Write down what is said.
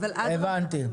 הבנתי.